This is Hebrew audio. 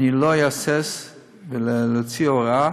אני לא אהסס להוציא הוראה